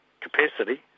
capacity